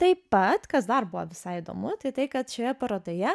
taip pat kas dar buvo visai įdomu tai tai kad šioje parodoje